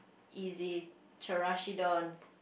easy Chirashi don